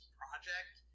project